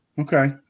Okay